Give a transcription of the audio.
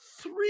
three